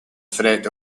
threat